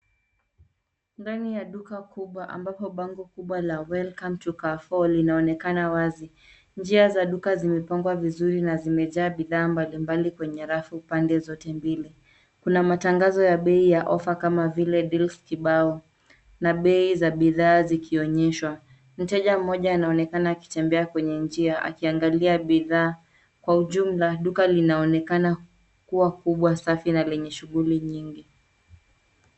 Ndani ya duka kubwa ambapo bango kubwa la welcome to Carrefour linaonekana wazi. Njia za duka zimepangwa vizuri na zimejaa bidhaa mbalimbali kwenye rafu pande zote mbili. Kuna matangazo ya bei ya offer kama vile deals kibao na bei za bidhaa zikionyeshwa. Mteja mmoja anaonekana akitembea kwenye njia akiangalia bidhaa, kwa ujumla duka linaonekana kuwa kubwa, safi na lenye shughuli nyingi.